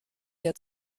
der